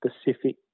specific